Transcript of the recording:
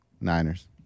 Niners